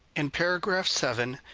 in paragraph seven,